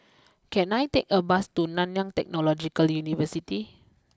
can I take a bus to Nanyang Technological University